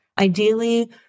Ideally